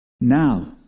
Now